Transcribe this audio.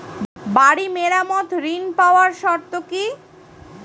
বাড়ি মেরামত ঋন পাবার শর্ত কি?